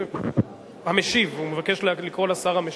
הוא מבקש לקרוא לשר המשיב,